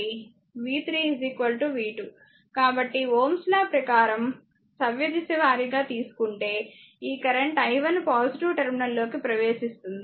మరియు Ωs law ప్రకారం Ωs law ప్రకారం సవ్యదిశ వారీగా తీసుకుంటే ఈ కరెంట్ i1 పాజిటివ్ టెర్మినల్లోకి ప్రవేశిస్తుంది